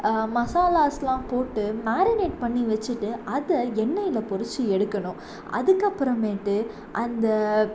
மசாலாஸ்லாம் போட்டு மேரினேட் பண்ணி வச்சுட்டு அதை எண்ணெயில் பொரித்து எடுக்கணும் அதுக்கப்புறமேட்டு அந்த